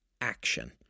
action